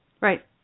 Right